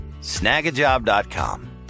snagajob.com